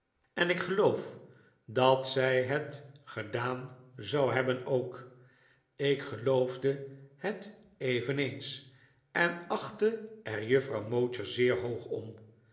en ik geloof dat zij het gedaan zou hebben ook ik geloofde het eveneens en achtte er juffrouw mowcher zeer hoog om